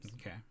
Okay